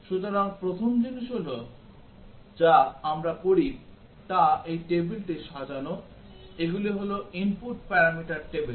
সুতরাং প্রথম জিনিস যা আমরা করি তা হল এই টেবিলটি সাজানো এগুলি হল input প্যারামিটার টেবিল